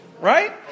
right